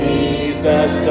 Jesus